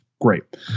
great